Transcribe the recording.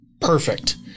perfect